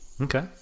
Okay